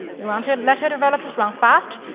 you want to and let your developers run fast,